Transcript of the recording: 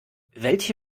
welche